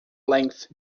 length